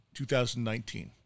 2019